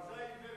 עז.